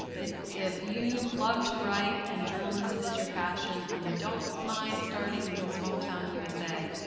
if if you love to write, and journalism is your passion, and you don't mind starting in small town, usa,